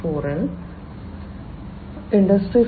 0 ൽ ഇൻഡസ്ട്രി 4